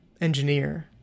engineer